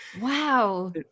wow